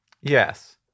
Yes